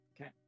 Okay